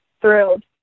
thrilled